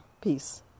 Peace